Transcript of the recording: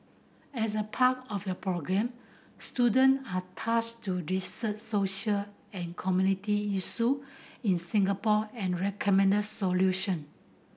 as a part of the programme students are tasked to research social and community issue in Singapore and recommend solution